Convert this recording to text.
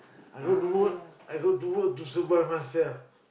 I go to work I go to work to survive myself